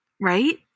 Right